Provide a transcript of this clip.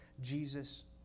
Jesus